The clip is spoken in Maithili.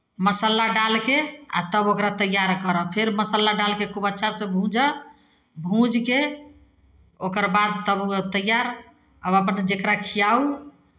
मसाला डालि कऽ आ तब ओकरा तैयार करह फेर मसाला डालि कऽ खूब अच्छासँ भूँजह भूँजि कऽ ओकर बाद तब ओ तैयार आब अपन जकरा खियाउ